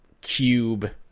cube